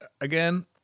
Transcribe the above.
again